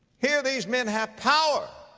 here these men have power.